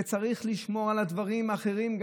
שצריך לשמור על גם הדברים האחרים.